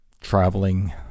traveling